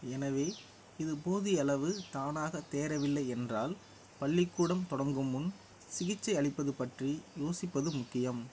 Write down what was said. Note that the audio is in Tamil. எனவே இது போதியளவு தானாகத் தேறவில்லை என்றால் பள்ளிக்கூடம் தொடங்கும் முன் சிகிச்சையளிப்பது பற்றி யோசிப்பது முக்கியம்